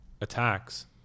attacks